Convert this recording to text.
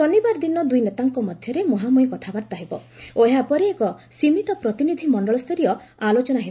ଶନିବାର ଦିନ ଦୁଇ ନେତାଙ୍କ ମଧ୍ୟରେ ମୁହାଁମୁହିଁ କଥାବାର୍ତ୍ତା ହେବ ଓ ଏହାପରେ ଏକ ସୀମିତ ପ୍ରତିନିଧି ମଣ୍ଡଳସ୍ତରୀୟ ଆଲୋଚନା ହେବ